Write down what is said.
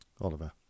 Oliver